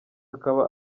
akaba